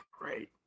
great